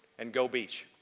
and go beach!